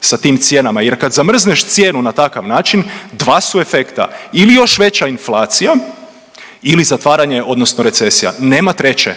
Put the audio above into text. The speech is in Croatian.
sa tim cijenama jer kad zamrzneš cijenu na takav način dva su efekta ili još veća inflacija ili zatvaranje odnosno recesija. Nema treće,